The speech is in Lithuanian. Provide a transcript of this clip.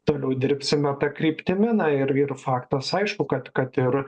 toliau dirbsime ta kryptimi na ir ir faktas aišku kad kad ir